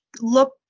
look